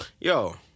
yo